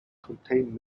contain